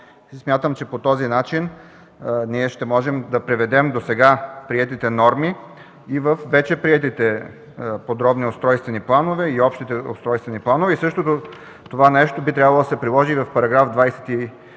Смятам, че по този начин ние ще можем да приведем досега приетите норми във вече приетите подробни устройствени планове и общите устройствени планове. Същото това нещо би трябвало да се приложи и в § 24,